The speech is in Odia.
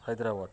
ହାଇଦ୍ରାବାଦ